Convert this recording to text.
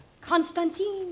Constantine